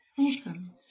awesome